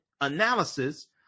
analysis